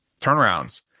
turnarounds